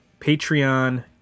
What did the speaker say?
Patreon